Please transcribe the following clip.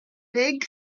big